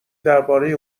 دربارهی